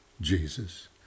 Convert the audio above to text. Jesus